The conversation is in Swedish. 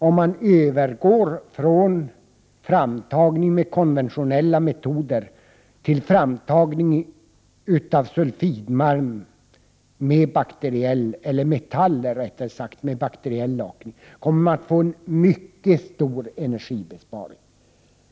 Om man övergår från framtagning med konventionella metoder till framtagning av sulfidmalm — eller metaller, rättare sagt — med bakteriell lakning, kommer man att få en mycket stor energibesparing.